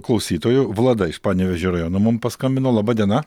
klausytojų vlada iš panevėžio rajono mum paskambino laba diena